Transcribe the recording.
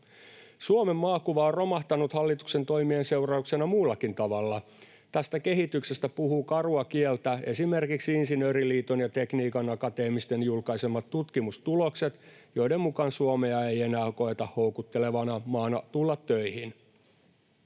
Suomen maakuva on romahtanut hallituksen toimien seurauksena muullakin tavalla. Tästä kehityksestä puhuvat karua kieltä esimerkiksi Insinööriliiton ja Tekniikan akateemisten julkaisemat tutkimustulokset, joiden mukaan Suomea ei enää koeta houkuttelevana maana tulla töihin.